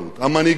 המנהיגים